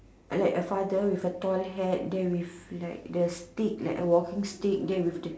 like a father with a toy hat then with like the stick like a walking stick then with the